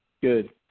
Good